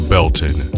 Belton